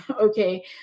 okay